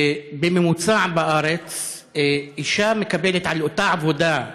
בממוצע, בארץ אישה מקבלת על אותה עבודה,